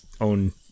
own